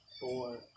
four